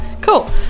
Cool